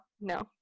no